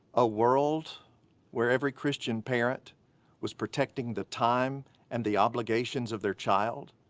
a world where every christian parent was protecting the time and the obligations of their child?